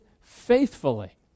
faithfully